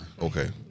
Okay